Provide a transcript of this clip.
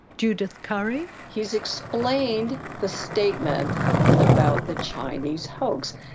judith curry he's explained the statement about the chinese hoax.